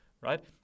right